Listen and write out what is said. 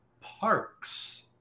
Parks